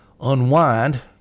unwind